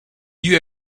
you